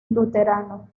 luterano